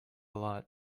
lot